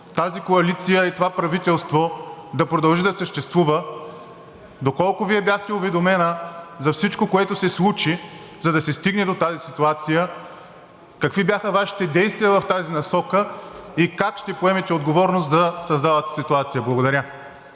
тази коалиция и това правителство да продължи да съществува? Доколко Вие бяхте уведомена за всичко, което се случи, за да се стигне до тази ситуация? Какви бяха Вашите действия в тази насока и как ще поемете отговорност за създалата се ситуация? Благодаря.